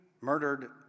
murdered